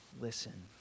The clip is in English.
listen